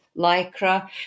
lycra